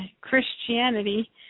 christianity